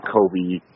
Kobe